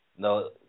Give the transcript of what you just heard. No